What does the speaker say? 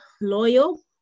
loyal